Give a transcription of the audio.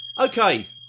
Okay